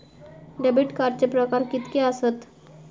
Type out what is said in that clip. Debit कार्डचे प्रकार कीतके आसत?